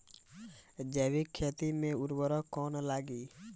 जैविक खेती मे उर्वरक कौन लागी?